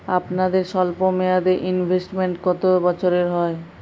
আপনাদের স্বল্পমেয়াদে ইনভেস্টমেন্ট কতো বছরের হয়?